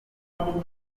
adafite